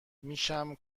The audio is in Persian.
میشم